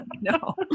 No